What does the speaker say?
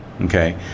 Okay